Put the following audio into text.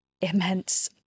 immense